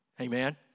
Amen